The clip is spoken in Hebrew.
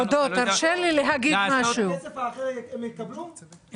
את הכסף האחר הם יקבלו אחרי?